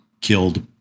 killed